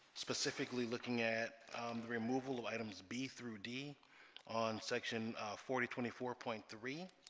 specifically looking at the removal of items b through d on section forty twenty four point three